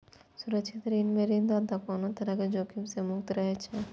सुरक्षित ऋण मे ऋणदाता कोनो तरहक जोखिम सं मुक्त रहै छै